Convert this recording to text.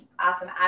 awesome